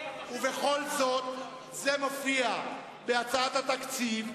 ובכל זאת זה מופיע בהצעת התקציב,